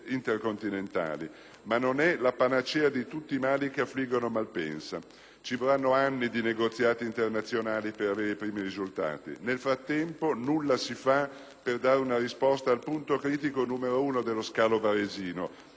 ma non è la panacea di tutti i mali che affliggono Malpensa. Ci vorranno anni di negoziati internazionali per avere i primi risultati. Nel frattempo nulla si fa per dare una risposta al punto critico numero uno dello scalo varesino, l'accessibilità.